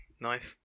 Nice